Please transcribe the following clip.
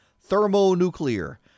thermonuclear